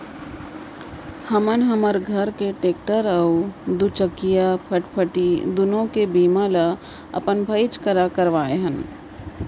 हमन हमर घर के टेक्टर अउ दूचकिया फटफटी दुनों के बीमा ल अपन भाईच करा करवाए हन